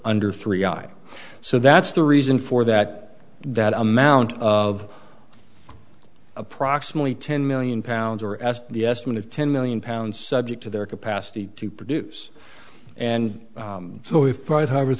under three i so that's the reason for that that amount of approximately ten million pounds or as the estimate of ten million pounds subject to their capacity to produce and so we